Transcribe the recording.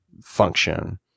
function